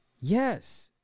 Yes